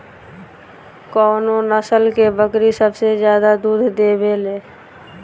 कउन नस्ल के बकरी सबसे ज्यादा दूध देवे लें?